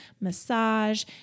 massage